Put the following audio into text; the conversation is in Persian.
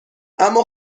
اما